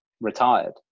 retired